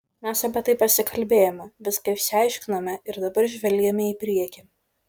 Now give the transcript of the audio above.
mes apie tai pasikalbėjome viską išsiaiškinome ir dabar žvelgiame į priekį